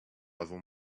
avons